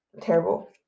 terrible